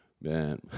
man